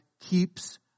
keeps